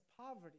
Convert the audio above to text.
poverty